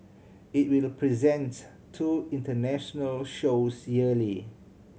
it will present two international shows yearly